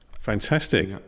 Fantastic